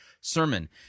sermon